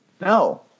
No